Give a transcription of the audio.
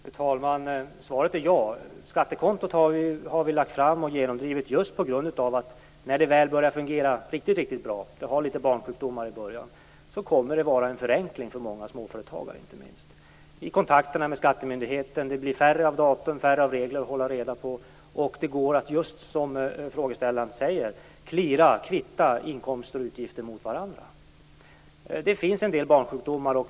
Fru talman! Svaret är ja. Skattekontot har vi lagt fram och genomdrivit just för att det när det väl börjar fungera riktigt bra - det har en del barnsjukdomar i början - kommer att vara en förenkling för många småföretagare, i kontakten med skattemyndigheten. Det blir färre datum och färre regler att hålla reda på. Det går just att, vilket frågan gällde, kvitta inkomster och utgifter mot varandra. Det finns en del barnsjukdomar.